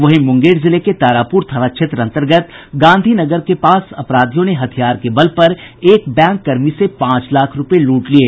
वहीं मुंगेर जिले के तारापुर थाना क्षेत्र अंतर्गत गांधी नगर के पास अपराधियों ने हथियार के बल पर एक बैंक कर्मी से पांच लाख रूपये लूट लिये